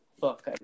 fuck